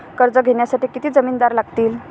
कर्ज घेण्यासाठी किती जामिनदार लागतील?